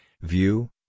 view